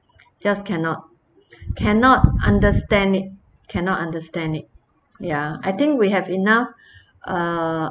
just cannot cannot understand it cannot understand it ya I think we have enough uh